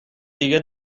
دیگه